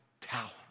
talent